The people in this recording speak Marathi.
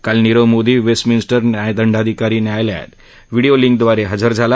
काल नीरव मोदी वेस्ट मिनस्टर दंडाधिकारी न्यायालयात व्हिडीओ लिंकद्वारे हजर झाला